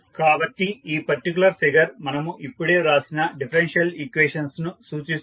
కాబట్టి ఈ particular figure మనము ఇప్పుడే వ్రాసిన డిఫరెన్షియల్ ఈక్వేషన్స్ ను సూచిస్తుంది